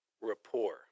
rapport